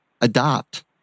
adopt